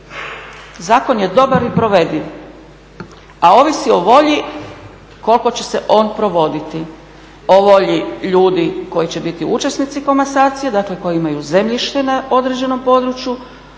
Zakon je dobar i provediv. A ovisi o volji koliko će se on provoditi. O volji ljudi koji će biti učesnici komasacije, dakle koji imaju zemljište na određenom području,